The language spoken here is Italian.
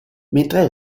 mentre